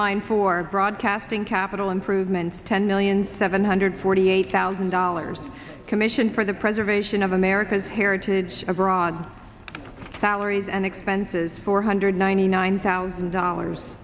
line for broadcasting capital improvements ten million seven hundred forty eight thousand dollars commission for the preservation of america's heritage or on salaries and expenses four hundred ninety nine thousand dollars